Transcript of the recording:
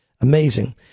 Amazing